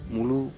Mulu